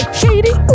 shady